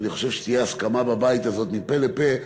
ואני חושב שתהיה הסכמה בבית הזה מפה לפה,